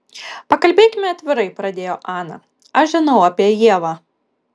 pakalbėkime atvirai pradėjo ana aš žinau apie ievą